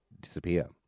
disappear